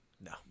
No